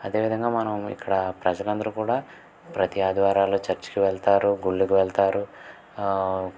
అదేవిధంగా మనం ఇక్కడ ప్రజలందరూ కూడా ప్రతీ ఆదివారాలు చర్చ్కి వెళ్తారు గుళ్ళకి వెళ్తారు